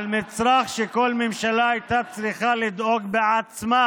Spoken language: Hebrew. על מצרך שכל ממשלה הייתה צריכה לדאוג בעצמה